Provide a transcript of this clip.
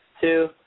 Two